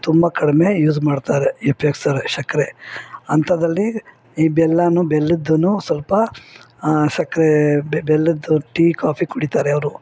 ತುಂಬ ಕಡಿಮೆ ಯೂಸ್ ಮಾಡ್ತಾರೆ ಉಪ್ಯೋಗಿಸ್ತಾರೆ ಸಕ್ರೆ ಅಂಥದ್ರಲ್ಲಿ ಈ ಬೆಲ್ಲ ಬೆಲ್ಲುದ್ದು ಸ್ವಲ್ಪ ಸಕ್ಕರೆ ಬೆಲ್ಲದ್ದು ಟೀ ಕಾಫಿ ಕುಡಿತಾರೆ ಅವರು